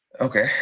Okay